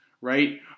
right